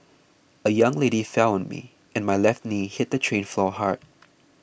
a young lady fell on me and my left knee hit the train floor hard